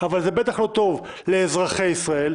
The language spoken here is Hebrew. אבל זה בטח לא טוב לאזרחי ישראל,